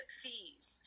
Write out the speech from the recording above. fees